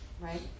right